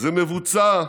זה מבוצע.